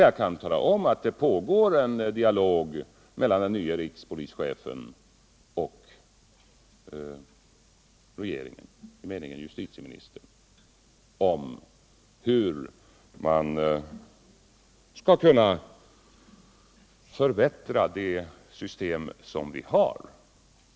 Jag kan tala om att det pågår en dialog mellan den nye rikspolischefen och Justitieministern, om hur man skall kunna förbättra det system vi har.